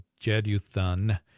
Jeduthun